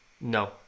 No